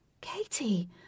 Katie